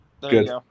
Good